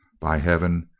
by heaven,